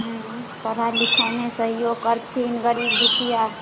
हुँ पढ़ाइ लिखाइमे सहयोग करथिन गरीब दुखिआ